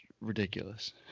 ridiculous